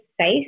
safe